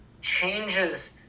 changes